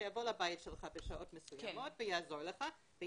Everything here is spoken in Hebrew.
שיבוא לבית שלך בשעות מסוימות ויעזור לך.